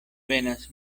venas